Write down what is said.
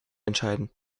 entscheiden